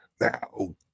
now